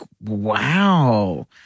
wow